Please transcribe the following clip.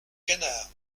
canards